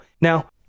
Now